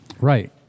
Right